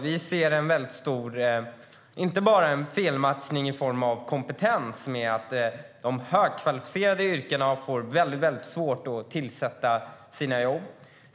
Vi ser inte bara en felmatchning i form av kompetens där man får väldigt svårt att tillsätta jobb i de högkvalificerade yrkena.